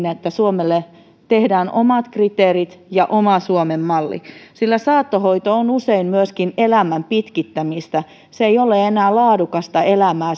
että suomelle tehdään omat kriteerit ja oma suomen malli sillä saattohoito on usein myöskin elämän pitkittämistä se ei ole enää laadukasta elämää